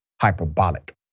hyperbolic